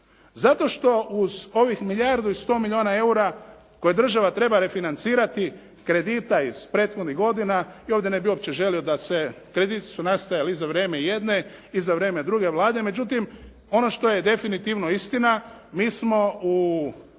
Zato što uz ovih milijardu i 100 milijuna eura koje država treba refinancirati kredita iz prethodnih godina, ja ovdje ne bih uopće da se, krediti su nastajali i za vrijeme jedne i za vrijeme druge Vlade. Međutim ono što je definitivno istina, mi smo u